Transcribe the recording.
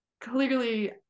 Clearly